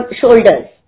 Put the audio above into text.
shoulders